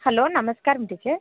hello నమస్కారం teacher